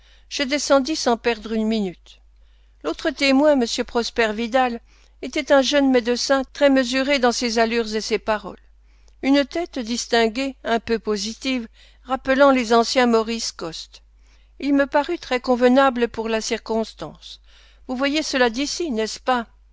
je descendis sans perdre une minute l'autre témoin m prosper vidal était un jeune médecin très mesuré dans ses allures et ses paroles une tête distinguée un peu positive rappelant les anciens maurice coste il me parut très convenable pour la circonstance vous voyez cela d'ici n'est-ce pas